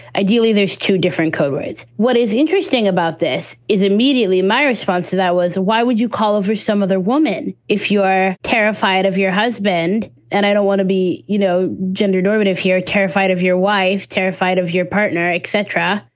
ideally, there's two different codes. what is interesting about this is immediately my response to that was why would you call over some other woman if you're terrified of your husband? and i don't want to be, you know, gender normative here, terrified of your wife, terrified of your partner, etc.